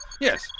Yes